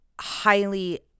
highly